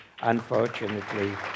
unfortunately